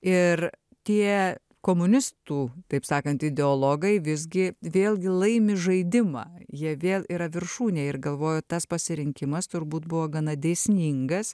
ir tie komunistų taip sakant ideologai visgi vėlgi laimi žaidimą jie vėl yra viršūnėj ir galvoju tas pasirinkimas turbūt buvo gana dėsningas